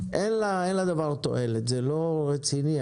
אין לזה תועלת וזה לא רציני.